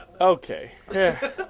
Okay